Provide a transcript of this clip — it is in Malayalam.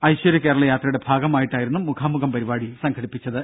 ഐശ്വര്യ കേരളയാത്രയുടെ ഭാഗമായിട്ടായിരുന്നു മുഖാമുഖം പരിപാടി സംഘടിപ്പിച്ചത്